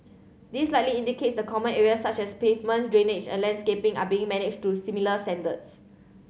this likely indicates the common areas such as pavement drainage and landscaping are being managed to similar standards